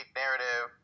narrative